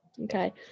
Okay